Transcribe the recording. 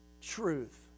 truth